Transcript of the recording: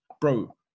Bro